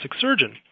surgeon